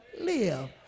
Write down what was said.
live